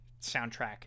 soundtrack